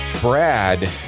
Brad